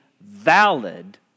valid